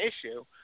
issue